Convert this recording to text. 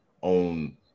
on